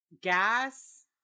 gas